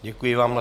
Děkuji vám.